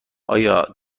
آیا